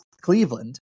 Cleveland